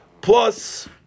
plus